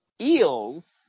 Eels